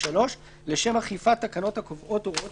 (3) לשם אכיפת תקנות הקובעות הוראות